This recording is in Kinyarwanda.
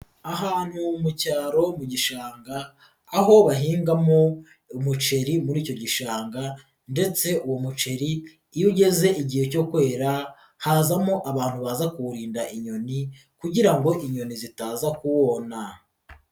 Ahantu mu cyaro mu gishanga, aho bahingamo umuceri muri icyo gishanga ndetse uwo muceri, iyo ugeze igihe cyo kwera, hazamo abantu baza kuwurinda inyoni kugira ngo inyoni zitaza kuwona.